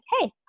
Hey